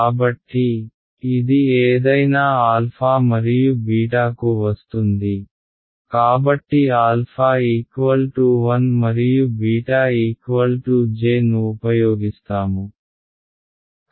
కాబట్టి ఇది ఏదైనా α మరియు β కు వస్తుంది కాబట్టి α 1 మరియు β j ను ఉపయోగిస్తాము